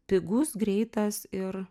pigus greitas ir